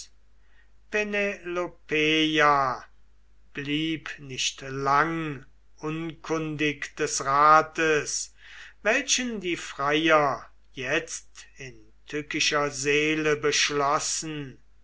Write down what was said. blieb nicht lang unkundig des rates welchen die freier jetzt in tückischer seele beschlossen